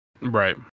right